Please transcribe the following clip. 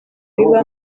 biba